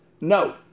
no